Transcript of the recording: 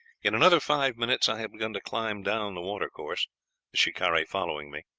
in another five minutes i had begun to climb down the watercourse the shikaree following me.